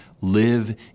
live